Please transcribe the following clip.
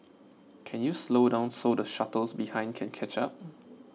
can you slow down so the shuttles behind can catch up